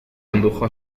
condujo